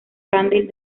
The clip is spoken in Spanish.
candil